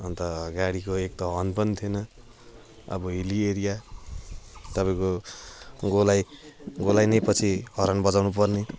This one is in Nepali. अन्त गाडीको एक त हर्न पनि थिएन अब हिली एरिया तपाईँको गोलाई गोलाई नै पछि हर्न बजाउनुपर्ने